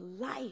life